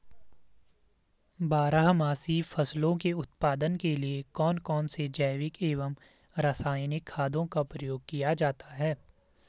बारहमासी फसलों के उत्पादन के लिए कौन कौन से जैविक एवं रासायनिक खादों का प्रयोग किया जाता है?